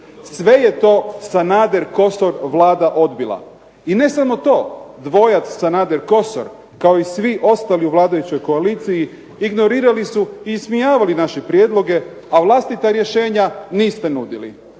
Sve je to Sanader-Kosor Vlada odbila. I ne samo to, dvojac Sanader-Kosor kao i svi ostali u vladajućoj koaliciji ignorirali su i ismijavali naše prijedloge, a vlastita rješenja niste nudili.